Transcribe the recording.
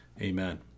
Amen